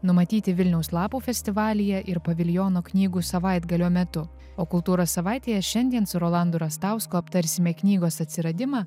numatyti vilniaus lapų festivalyje ir paviljono knygų savaitgalio metu o kultūros savaitėje šiandien su rolandu rastausku aptarsime knygos atsiradimą